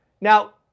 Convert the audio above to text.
Now